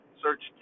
search